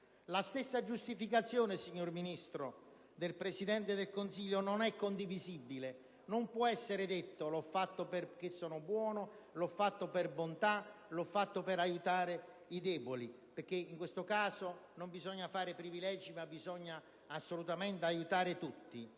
La stessa giustificazione del Presidente del Consiglio non è condivisibile. Non può essere detto: l'ho fatto perché sono buono, l'ho fatto per bontà, l'ho fatto per aiutare i deboli. Perché in questo caso non bisogna fare privilegi ma bisogna assolutamente aiutare tutti.